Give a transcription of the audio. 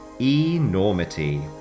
eNormity